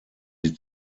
die